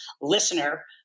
listener